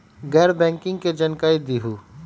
गैर बैंकिंग के जानकारी दिहूँ?